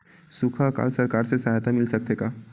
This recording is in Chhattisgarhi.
सुखा अकाल सरकार से सहायता मिल सकथे का?